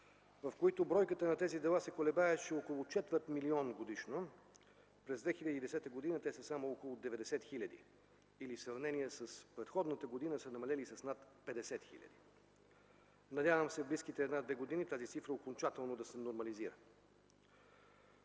в които бройката на тези дела се колебаеше около четвърт милион годишно, през 2010 г. те са само около 90 хиляди или, в сравнение с предходната година, са намалели с над 50 хиляди. Надявам се в близките една-две години тази цифра окончателно да се нормализира.